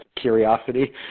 curiosity